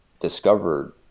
discovered